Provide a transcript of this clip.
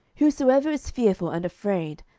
whosoever is fearful and afraid,